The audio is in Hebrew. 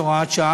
85 והוראת שעה),